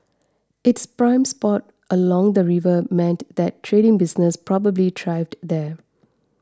it's prime spot along the river meant that trading businesses probably thrived there